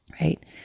right